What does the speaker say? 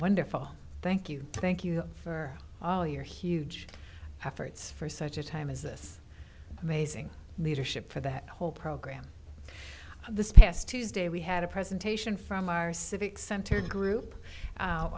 wonderful thank you thank you for all your huge efforts for such a time as this amazing leadership for that whole program this past tuesday we had a presentation from our civic center group